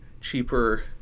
cheaper